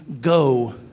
go